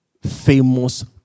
famous